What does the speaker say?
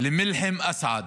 למלחם אסעד.